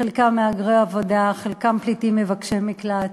חלקם מהגרי עבודה, חלקם פליטים מבקשי מקלט,